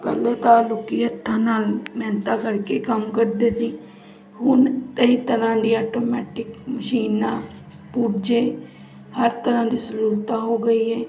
ਪਹਿਲੇ ਤਾਂ ਲੋਕੀ ਹੱਥਾਂ ਨਾਲ ਮਿਹਨਤਾਂ ਕਰਕੇ ਕੰਮ ਕਰਦੇ ਸੀ ਹੁਣ ਕਈ ਤਰ੍ਹਾਂ ਦੀਆਂ ਆਟੋਮੈਟਿਕ ਮਸ਼ੀਨਾਂ ਪੁਰਜੇ ਹਰ ਤਰ੍ਹਾਂ ਦੀ ਸਹੂਲਤਾਂ ਹੋ ਗਈ ਹੈ